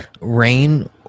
rain